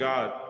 God